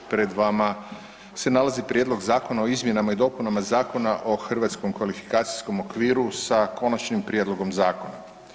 Pred vama se nalazi prijedlog zakona o izmjenama i dopunama Zakona o hrvatskom kvalifikacijskom okviru sa konačnim prijedlogom zakona.